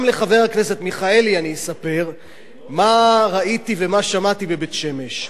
גם לחבר הכנסת מיכאלי אני אספר מה ראיתי ומה שמעתי בבית-שמש.